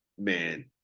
man